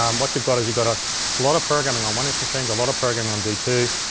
um what you've got is you got a lot of programming on one inch machines, a lot of programming on d two,